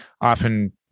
often